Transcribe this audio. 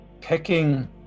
picking